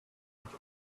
each